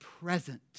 present